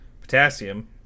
Potassium